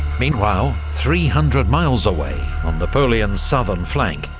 meanwhile, three hundred miles away, on napoleon's southern flank,